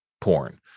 porn